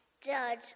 judge